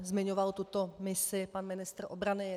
Zmiňoval tuto misi pan ministr obrany.